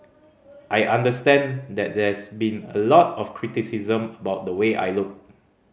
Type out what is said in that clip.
I understand that there's been a lot of criticism about the way I look